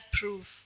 proof